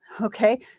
okay